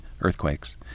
earthquakes